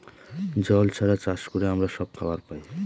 জল ছাড়া চাষ করে আমরা সব খাবার পায়